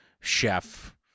chef